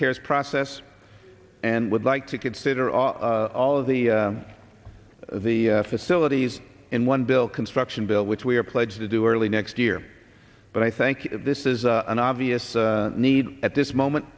cares process and would like to consider on all of the the facilities in one bill construction bill which we are pledged to do early next year but i think this is an obvious need at this moment